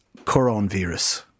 coronavirus